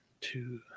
two